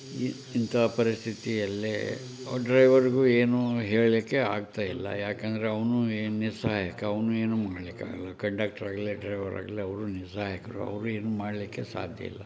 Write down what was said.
ಈ ಇಂಥ ಪರಿಸ್ಥಿತಿಯಲ್ಲೇ ಆ ಡ್ರೈವರ್ಗೂ ಏನು ಹೇಳಲಿಕ್ಕೆ ಆಗ್ತಾಯಿಲ್ಲ ಯಾಕೆಂದರೆ ಅವನು ಏನು ನಿಸ್ಸಹಾಯಕ ಅವನು ಏನು ಮಾಡ್ಲಿಕ್ಕಾಗಲ್ಲ ಕಂಡಕ್ಟ್ರ್ ಆಗಲಿ ಡ್ರೈವರ್ ಆಗಲಿ ಅವ್ರು ನಿಸ್ಸಹಾಯಕರು ಅವರು ಏನೂ ಮಾಡಲಿಕ್ಕೆ ಸಾಧ್ಯ ಇಲ್ಲ